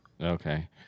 Okay